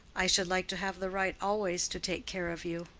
i should like to have the right always to take care of you.